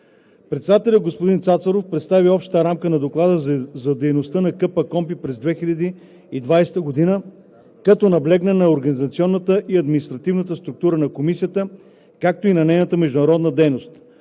Председателят господин Сотир Цацаров представи общата рамка на Доклада за дейността на КПКОНПИ през 2020 г., като наблегна на организационната и административната структура на Комисията, както и на нейната международна дейност.